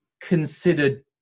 considered